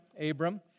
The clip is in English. Abram